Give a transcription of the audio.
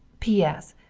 p s.